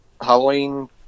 Halloween